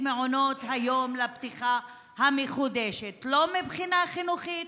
מעונות היום לפתיחה המחודשת לא מבחינה חינוכית,